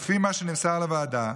לפי מה שנמסר לוועדה,